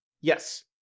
Yes